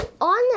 On